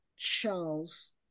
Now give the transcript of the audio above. Charles